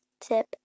tip